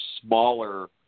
smaller